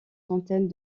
centaines